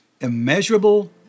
Immeasurable